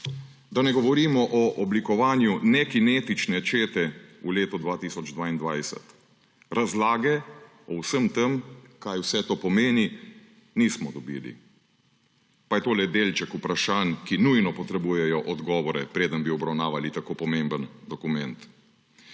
Da ne govorimo o oblikovanju nekinetične čete v letu 2022. Razlage o vsem tem, kaj vse to pomeni, nismo dobili. Pa je to le delček vprašanj, ki nujno potrebujejo odgovore, preden bi obravnavali tako pomemben dokument.